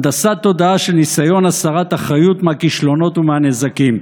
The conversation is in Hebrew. הנדסת תודעה של ניסיון הסרת אחריות מהכישלונות ומהנזקים.